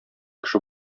кеше